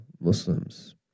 Muslims